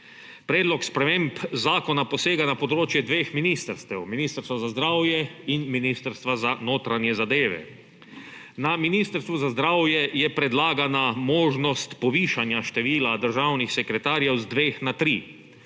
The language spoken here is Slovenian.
Predlog sprememb zakona posega na področje dveh ministrstev, Ministrstva za zdravje in Ministrstva za notranje zadeve. Na Ministrstvu za zdravje je predlagana možnost povišanja števila državnih sekretarjev z dveh na tri.